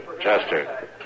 Chester